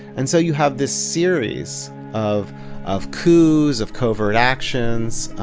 and so you have this series of of coups, of covert actions,